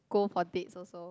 go for date also